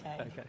Okay